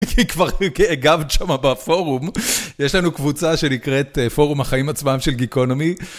כי כבר הגבת שם בפורום. יש לנו קבוצה שנקראת פורום החיים עצמם של גיקונומי.